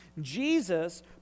Jesus